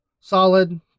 solid